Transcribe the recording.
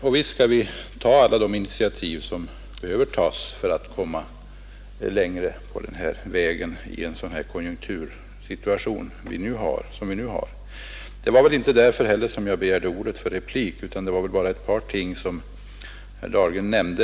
Och visst skall vi ta alla de initiativ som behövs för att öka beställningarna i den konjunktursituation som nu råder. Det var inte heller därför som jag begärde ordet för replik, utan det var för ett par saker som herr Dahlgren sade.